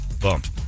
bumped